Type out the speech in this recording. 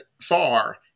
far